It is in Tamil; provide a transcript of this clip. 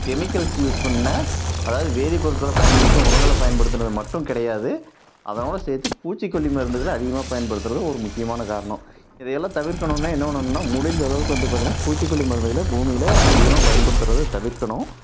கெமிக்கல்ஸ் யூஸ் பண்ண அதாவது வேதிப்பொருட்களை பயன்படுத்தின உரங்களை பயன்படுத்தினது மட்டும் கிடையாது அதனோடு சேர்த்து பூச்சிக்கொல்லி மருந்துகளை அதிகமாக பயன்படுத்துறது ஒரு முக்கியமான காரணம் இதை எல்லாம் தவிர்க்கணும்னா என்ன பண்ணணும்னா முடிஞ்ச அளவுக்கு வந்து பார்த்திங்கன்னா பூச்சிக்கொல்லி மருந்துகளை பூமியில் அதிகமாக பயன்படுத்துறதை தவிர்க்கணும்